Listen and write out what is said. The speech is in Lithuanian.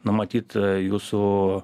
nu matyt jūsų